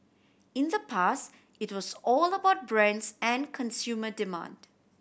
in the past it was all about brands and consumer demand